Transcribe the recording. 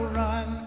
run